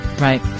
Right